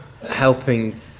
helping